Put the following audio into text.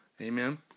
Amen